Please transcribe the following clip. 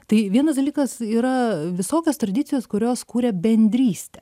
tai vienas dalykas yra visokios tradicijos kurios kuria bendrystę